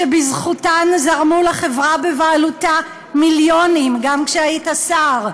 שבזכותן זרמו לחברה בבעלותה מיליונים גם כשהיית שר?